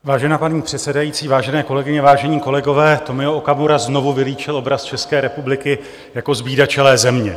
Vážená paní předsedající, vážené kolegyně, vážení kolegové, Tomio Okamura znovu vylíčil obraz České republiky jako zbídačelé země.